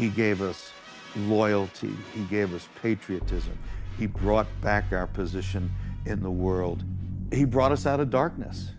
he gave us loyalty gave us patriotism he brought back our position in the world he brought us out of darkness